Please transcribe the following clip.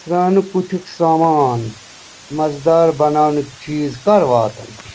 سرٛانہٕ کُٹھیُک سامان مزٕدار بناونٕکۍ چیٖز کَر واتَن